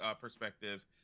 perspective